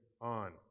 on